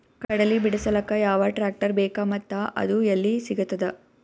ಕಡಲಿ ಬಿಡಿಸಲಕ ಯಾವ ಟ್ರಾಕ್ಟರ್ ಬೇಕ ಮತ್ತ ಅದು ಯಲ್ಲಿ ಸಿಗತದ?